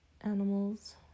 animals